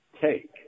take